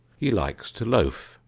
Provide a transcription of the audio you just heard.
he likes to loaf,